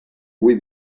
hui